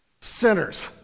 Sinners